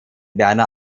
berner